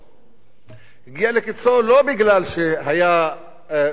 הוא הגיע לקצו לא מפני שהיה טוב ועכשיו רע,